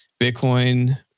Bitcoin